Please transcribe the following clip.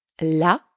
la